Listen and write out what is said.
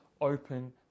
open